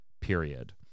period